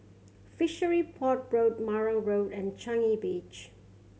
Fishery Port Road Marang Road and Changi Beach